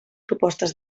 propostes